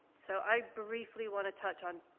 so i briefly want to touch on,